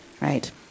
right